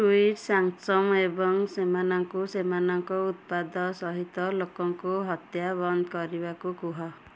tweet Samsung ଏବଂ ସେମାନଙ୍କୁ ସେମାନଙ୍କ ଉତ୍ପାଦ ସହିତ ଲୋକଙ୍କୁ ହତ୍ୟା ବନ୍ଦ କରିବାକୁ କୁହ